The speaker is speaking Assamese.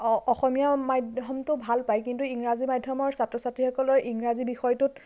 অসমীয়া মাধ্য়মটো ভাল পায় কিন্তু ইংৰাজী মাধ্যমৰ ছাত্ৰ ছাত্ৰীসকলৰ ইংৰাজী বিষয়টোত